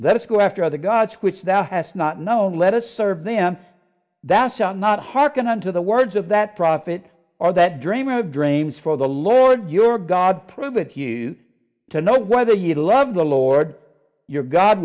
let's go after the gods which thou hast not known let us serve them that's not hearken unto the words of that profit or that dream of dreams for the lord your god prove it you to know whether you love the lord your god